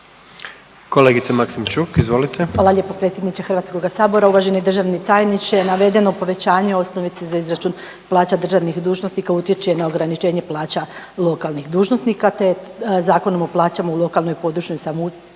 **Maksimčuk, Ljubica (HDZ)** Hvala lijepo predsjedniče Hrvatskoga sabora. Uvaženi državni tajniče, navedeno povećanje osnovice za izračun plaća državnih dužnosnika utječe i na ograničenje plaća lokalnih dužnosnika te je Zakonom o plaćama u lokalnoj i područnoj samoupravi